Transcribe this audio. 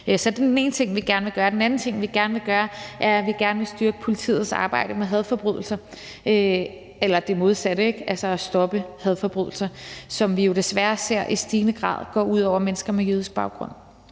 er den ene ting, vi gerne vil gøre. Den anden ting, vi gerne vil gøre, er, at vi gerne vil styrke politiets arbejde med hadforbrydelser – altså arbejde med at stoppe hadforbrydelser – som vi jo desværre i stigende grad ser går ud over mennesker med jødisk baggrund.